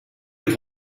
have